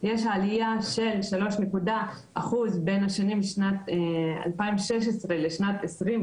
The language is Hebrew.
יש עלייה של 3% בין השנים 2016 לשנת 2020,